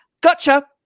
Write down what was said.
Gotcha